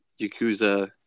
Yakuza